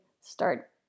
start